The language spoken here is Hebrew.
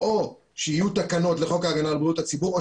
או שיהיו תקנות לחוק ההגנה על בריאות הציבור או